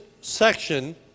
section